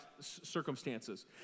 circumstances